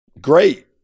Great